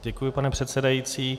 Děkuji, pane předsedající.